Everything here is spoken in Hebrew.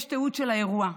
יש תיעוד של האירוע,